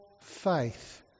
faith